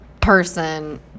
person